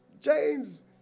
James